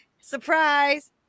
surprise